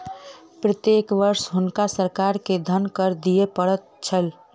प्रत्येक वर्ष हुनका सरकार के धन कर दिअ पड़ैत छल